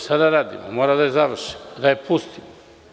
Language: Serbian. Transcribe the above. Šta da radimo, mora da je završimo, da je pustimo.